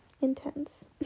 intense